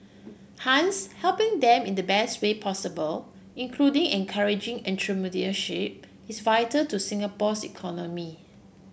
hence helping them in the best way possible including encouraging entrepreneurship is vital to Singapore's economy